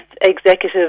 executive